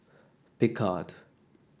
Picard